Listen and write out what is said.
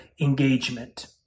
engagement